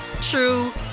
true